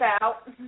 out